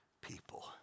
people